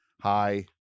Hi